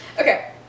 Okay